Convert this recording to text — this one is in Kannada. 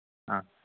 ಹಾಂ